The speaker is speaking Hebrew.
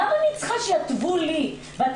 למה אני צריכה שיתוו לי מה לעשות?